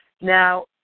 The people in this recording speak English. Now